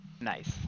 Nice